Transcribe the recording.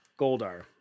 Goldar